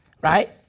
Right